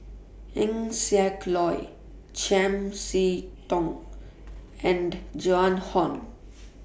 Eng Siak Loy Chiam See Tong and Joan Hon